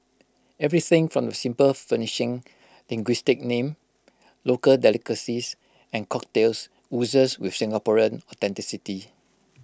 everything from the simple furnishing linguistic name local delicacies and cocktails oozes with Singaporean authenticity